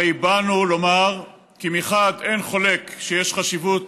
הרי באנו לומר כי מחד גיסא אין חולק שיש חשיבות